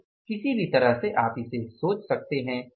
तो किसी भी तरह से आप इसे जांच सकते हैं